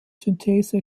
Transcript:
synthese